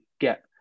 get